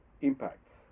impacts